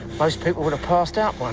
most people would've passed out by